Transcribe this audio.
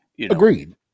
agreed